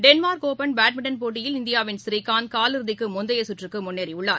Denmark open badminton போட்டியில் இந்தியாவின் ஸ்ரீகாந்த் காலிறுதிக்கு முந்தைய சுற்றுக்கு முன்னேறியுள்ளார்